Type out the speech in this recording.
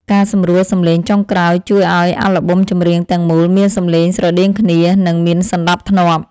ការសម្រួលសំឡេងចុងក្រោយជួយឱ្យអាល់ប៊ុមចម្រៀងទាំងមូលមានសំឡេងស្រដៀងគ្នា និង មានសណ្ដាប់ធ្នាប់។